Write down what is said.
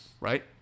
right